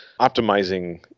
optimizing